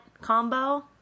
combo